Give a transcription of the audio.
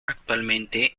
actualmente